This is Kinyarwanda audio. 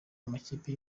amakipe